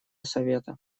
совета